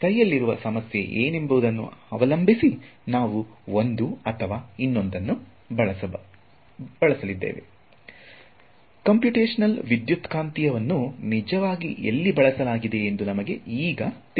ಕೈಯಲ್ಲಿರುವ ಸಮಸ್ಯೆ ಏನೆಂಬುದನ್ನು ಅವಲಂಬಿಸಿ ನಾವು ಒಂದು ಅಥವಾ ಇನ್ನೊಂದನ್ನು ಬಳಸಲಿದ್ದೇವೆ ಕಂಪ್ಯೂಟೇಶನಲ್ ವಿದ್ಯುತ್ಕಾಂತೀಯವನ್ನು ನಿಜವಾಗಿ ಎಲ್ಲಿ ಬಳಸಲಾಗಿದೆ ಎಂದು ನಮಗೆ ಈಗ ತಿಳಿದಿದೆ